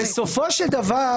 בעבר,